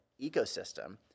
ecosystem